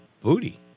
booty